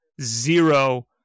zero